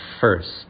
first